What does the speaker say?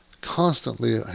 constantly